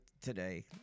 today